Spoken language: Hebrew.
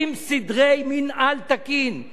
משתבשות הלכות דמוקרטיה,